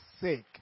sake